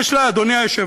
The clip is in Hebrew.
יש לה, אדוני היושב-ראש,